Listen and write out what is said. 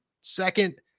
Second